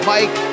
Mike